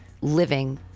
living